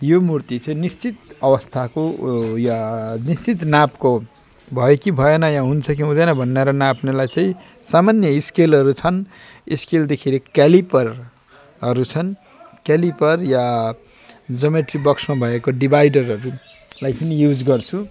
यो मूर्ति चाहिँ निश्चित अवस्थाको या निश्चित नापको भयो कि भएन या हुन्छ कि हुँदैन भनेर नाप्नलाई चाहिँ सामान्य स्केलहरू छन् स्केलदेखि क्यालिपरहरू छन् क्यालिपर या ज्योमेट्री बक्समा भएको डिभाइडरहरूलाई पनि युज गर्छु